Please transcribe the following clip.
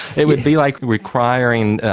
it would be like requiring,